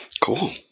cool